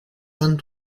vingt